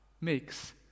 makes